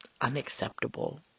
unacceptable